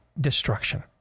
destruction